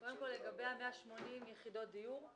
קודם כל לגבי ה-180 יחידות דיור,